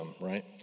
right